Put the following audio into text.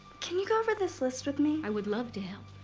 can you go over this list with me? i would love to